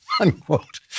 Unquote